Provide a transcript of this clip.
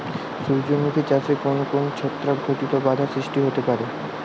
সূর্যমুখী চাষে কোন কোন ছত্রাক ঘটিত বাধা সৃষ্টি হতে পারে?